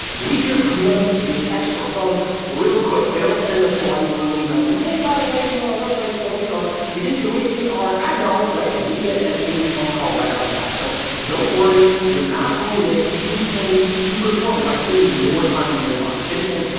we hear from them via text or phone real quick. they don't send a polite little email saying, hey, by the way, you know, our website's broken or we think you're wasting our ad dollars, right? we get an angry phone call right off the bed. so don't worry. you're not going to miss anything super important by spending more time in your inbox. if anything,